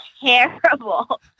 terrible